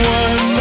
one